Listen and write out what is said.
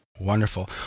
Wonderful